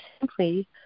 simply